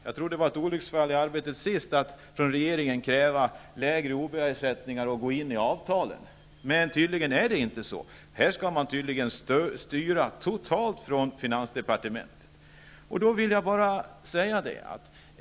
Jag trodde det var ett olycksfall i arbetet sist när regeringen krävde lägre OB-ersättningar och ville gå in i avtalen. Men det är tydligen inte så. Finansdepartementet skall tydligen styra totalt här.